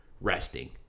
resting